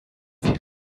feel